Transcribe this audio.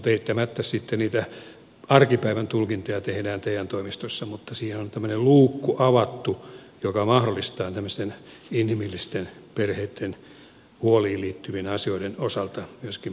eittämättä sitten niitä arkipäivän tulkintoja tehdään te toimistoissa mutta siihen on tämmöinen luukku avattu joka mahdollistaa tämmöisten inhimillisten perheitten huoliin liittyvien asioiden osalta myöskin poikkeusmenettelyjä